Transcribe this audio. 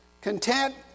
Content